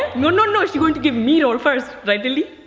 no, no, no, she going to give me role first, right lilly?